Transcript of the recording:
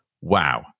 Wow